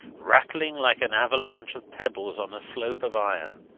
rattling like an avalanche of pebbles on a slope of iron.